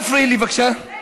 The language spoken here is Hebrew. אל תפריעי לי, בבקשה.